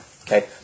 Okay